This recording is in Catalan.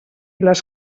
les